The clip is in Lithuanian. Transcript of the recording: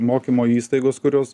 mokymo įstaigos kurios